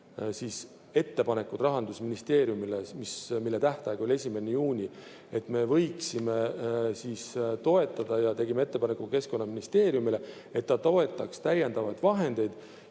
ettepanekud Rahandusministeeriumile, mille tähtaeg oli 1. juuni, et meie võiksime toetada, ja tegime ka ettepaneku Keskkonnaministeeriumile, et temagi toetaks täiendavaid vahendeid